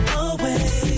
away